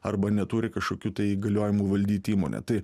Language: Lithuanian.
arba neturi kažkokių tai įgaliojimų valdyti įmonę tai